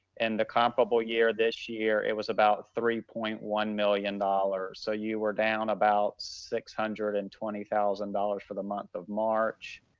and the comparable year this year, it was about three point one million dollars. so you were down about six hundred and twenty thousand dollars for the month of march.